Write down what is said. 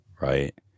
right